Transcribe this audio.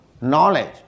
knowledge